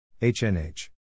HNH